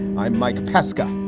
i'm mike pesca.